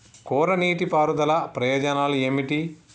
కోరా నీటి పారుదల ప్రయోజనాలు ఏమిటి?